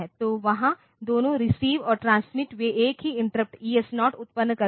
तो वहाँ दोनों रिसीव और ट्रांसमिट वे एक ही इंटरप्ट ES0 उत्पन्न करते हैं